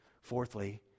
Fourthly